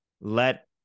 let